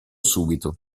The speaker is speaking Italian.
subito